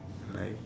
like